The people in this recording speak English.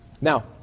Now